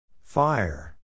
Fire